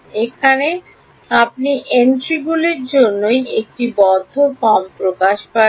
এখানে আপনি এন্ট্রিগুলির জন্যই একটি বদ্ধ ফর্ম প্রকাশ পাচ্ছেন